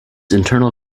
internal